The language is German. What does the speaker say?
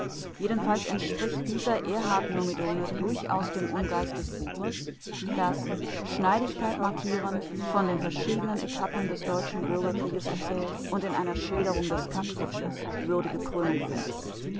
jedenfalls entspricht dieser ehrhardt-myrmidone durchaus dem ungeist des buches das schneidigkeit markierend von den verschiedenen etappen des deutschen bürgerkrieges erzählt und in einer schilderung des kapp-putsches würdige krönung findet